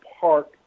park